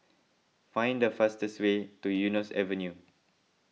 find the fastest way to Eunos Avenue